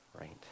right